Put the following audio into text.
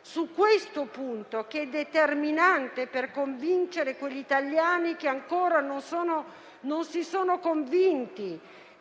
su questo punto, che è determinante per convincere quegli italiani che ancora non si sono convinti,